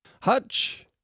Hutch